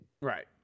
Right